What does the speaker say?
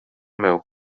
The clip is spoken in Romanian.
meu